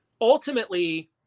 ultimately